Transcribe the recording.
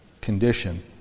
condition